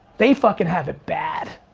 they fucking have it bad.